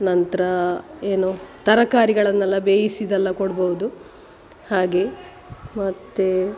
ನಂತರ ಏನು ತರಕಾರಿಗಳನ್ನೆಲ್ಲ ಬೇಯಿಸಿದ್ದೆಲ್ಲ ಕೊಡ್ಬೌದು ಹಾಗೆ ಮತ್ತು